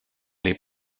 les